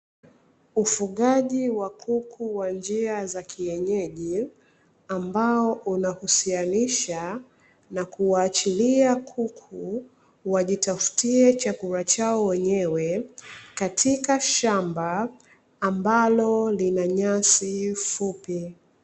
Ufugaji wa kuku wa njia za kienyeji ambao unahusianisha na kuwaachilia kuku, wajitafutie chakula chao wenyewe katika shamba, ambalo lina nyasi fupi.